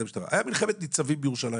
המשטרה?.." הייתה מלחמת ניצבים בירושלים,